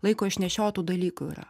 laiko išnešiotų dalykų yra